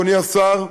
אדוני השר,